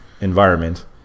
environment